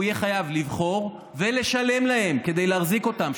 והוא יהיה חייב לבחור ולשלם להם כדי להחזיק אותם.